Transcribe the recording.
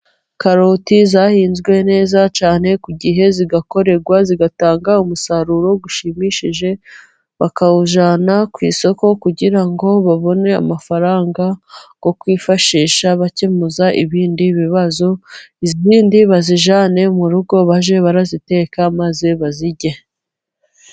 Karoti zahinzwe neza cyane ku gihe, zigakorerwa, zigatanga umusaruro ushimishije, bakawujyana ku isoko kugira ngo babone amafaranga yo kwifashisha bakemuza ibindi bibazo, izindi bazijyane mu rugo bajye baraziteka, maze bazirye.